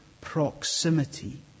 proximity